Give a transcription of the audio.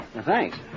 Thanks